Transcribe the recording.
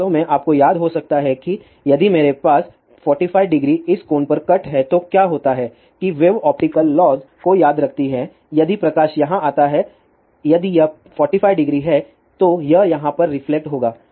वास्तव में आपको याद हो सकता है कि यदि मेरे पास 45० इस कोण पर कट हैं तो क्या होता है कि वेव ऑप्टिकल लॉज़ को याद रखती है यदि प्रकाश यहाँ आता है यदि यह 45० है तो यह यहाँ पर रिफ्लेक्ट होगा